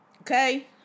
okay